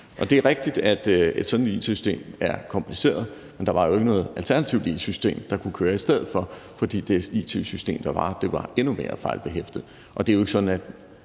gå. Det er rigtigt, at et sådant it-system er kompliceret, men der var jo ikke noget alternativt it-system, der kunne køre i stedet for, for det it-system, der var, var endnu mere fejlbehæftet, og det er jo ikke sådan, at